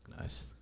Nice